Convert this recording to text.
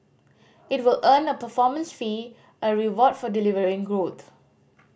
it will earn a performance fee a reward for delivering growth